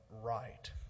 right